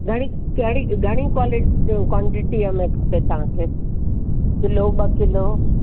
घणी घणी घणी क्वालिटी जो क्वांटिटी में खपे तव्हांखे किलो ॿ किलो